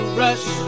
rush